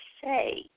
say